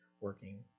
working